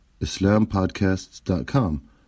islampodcasts.com